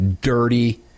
dirty